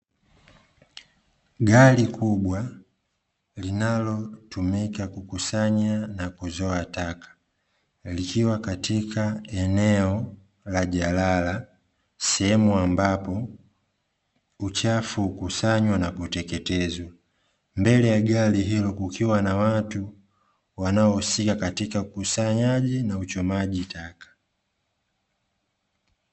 Gari kubwa linalotumika kukusanya na kuzoa taka, likiwa katika eneo la jalala sehemu ambapo uchafu ukusanywa na kuteketezwa, mbele ya gari hilo kukiwa na watu wanaousika katika ukusanyaji na uchomaji taka.